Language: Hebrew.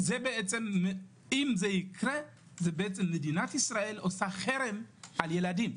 אם זה יקרה, זה מדינת ישראל עושה חרם על ילדים.